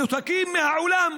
מנותקים מהעולם.